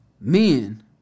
men